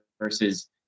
versus